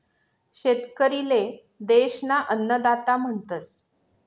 शेतकरी ले देश ना अन्नदाता म्हणतस